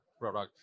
product